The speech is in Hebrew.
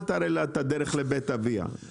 אל תראה לה את הדרך לבית אביה".